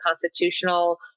constitutional